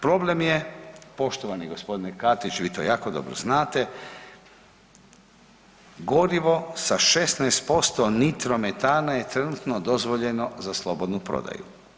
Problem je, poštovani g. Katić, vi to jako dobro znate, gorivo sa 16% nitrometana je trenutno dozvoljeno za slobodnu prodaju.